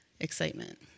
excitement